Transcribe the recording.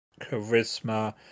charisma